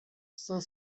cinq